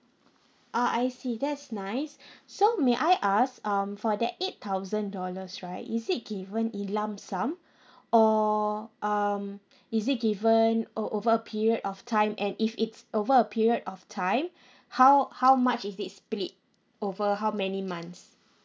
uh I see that's nice so may I ask um for that eight thousand dollars right is it given in lump sum or um is it given o~ over a period of time and if it's over a period of time how how much is it split over how many months